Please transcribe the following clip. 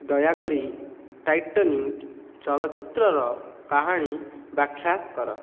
ଦୟାକରି ଟାଇଟାନିକ୍ ଚଳଚ୍ଚିତ୍ରର କାହାଣୀ ବ୍ୟାଖ୍ୟା କର